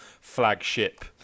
flagship